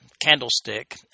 candlestick